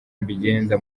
mbigenza